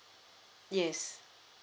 yes